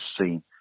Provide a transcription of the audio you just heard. seen